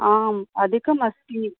आम् अधिकम् अस्ति